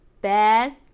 bad